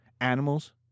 Animals